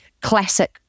Classic